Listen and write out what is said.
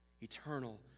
Eternal